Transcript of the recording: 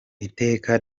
iteka